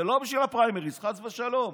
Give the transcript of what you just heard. זה לא בשביל הפריימריז, חס ושלום.